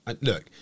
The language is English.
look